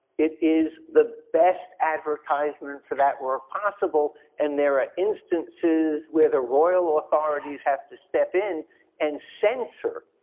it is the best advertisement for that work possible and there are instances where the royal authorities have to step in and censor